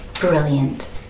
brilliant